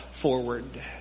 forward